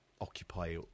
occupy